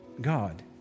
God